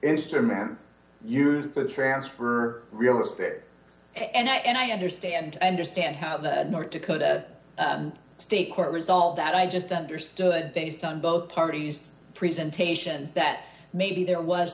instrument used for the transfer real estate and i and i understand i understand how the north dakota state court resolved that i just understood based on both parties presentation that maybe there was